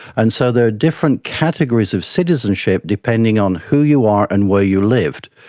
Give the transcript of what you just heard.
and so there are different categories of citizenship depending on who you are and where you lived.